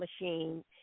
machine